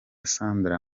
sandra